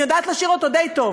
אני יודעת לשיר אותו די טוב.